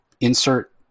insert